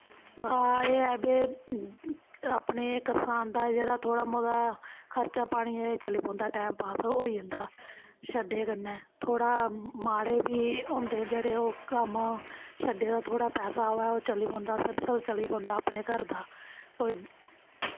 हां एह् ऐ बे अपने करसान दा जेह्ड़ा थोह्ड़ा मता खर्चा पानी एह् चली पौंदा टैम पास होई जंदा ऐ शड्डे कन्नै थोह्ड़ा माड़े बी होंदे जेह्ड़े ओह् कम्म शड्डे दा थोह्ड़ा पैसा आवै ओह् चली पौंदा सर्कल चली पौंदा अपने घर दा